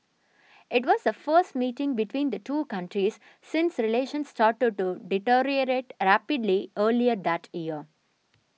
it was a first meeting between the two countries since relations started to deteriorate rapidly earlier that year